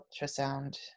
ultrasound